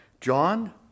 John